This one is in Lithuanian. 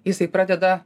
jisai pradeda